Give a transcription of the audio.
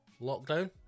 lockdown